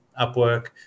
Upwork